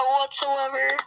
whatsoever